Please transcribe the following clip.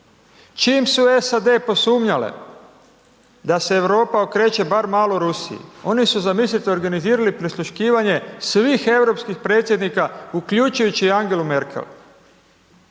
Čim su SAD posumnjale da se Europa okreće bar malo Rusiji, oni su, zamislite, organizirali prisluškivanje svih europskih predsjednika, uključujući i Angelu Merkel.